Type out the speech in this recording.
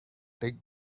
take